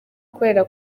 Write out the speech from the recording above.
kubera